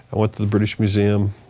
went to the british museum